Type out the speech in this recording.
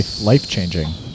Life-changing